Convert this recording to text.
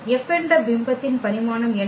F என்ற பிம்பத்தின் பரிமாணம் என்ன